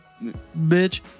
Bitch